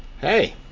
hey